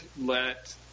let